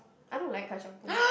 I don't like Kacang-Pool